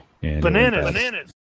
Bananas